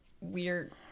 weird